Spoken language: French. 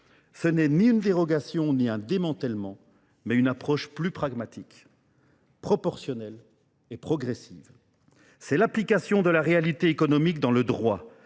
Ce n'est ni une dérogation ni un démantèlement, mais une approche plus pragmatique, proportionnelle et progressive. C'est l'application de la réalité économique dans le droit.